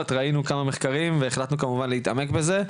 ראינו כמה מחקרים והחלטנו כמובן להתעמק בזה.